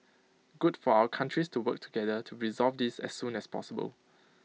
good for our countries to work together to resolve this as soon as possible